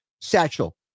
satchel